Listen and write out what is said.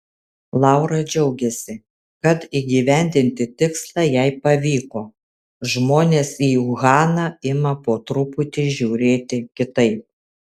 laura džiaugiasi kad įgyvendinti tikslą jai pavyko žmonės į uhaną ima po truputį žiūrėti kitaip